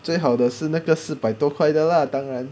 最好的是那个四百多块的 lah 当然